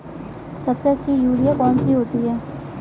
सबसे अच्छी यूरिया कौन सी होती है?